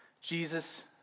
Jesus